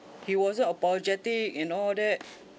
he wasn't apologetic and all that